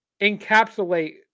Encapsulate